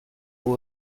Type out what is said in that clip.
will